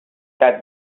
that